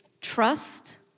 trust